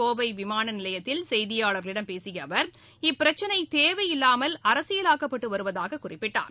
கோவை விமான நிலையத்தில் செய்தியாளர்களிடம் பேசிய அவர் இப்பிரச்சினை தேவையில்லாமல் அரசியலாக்கப்பட்டு வருவதாகக் குறிப்பிட்டார்